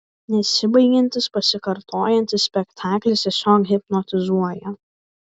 nesibaigiantis pasikartojantis spektaklis tiesiog hipnotizuoja